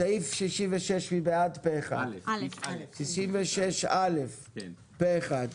מי בעד סעיף 66 ו- 66(א) רבא?